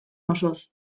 osoz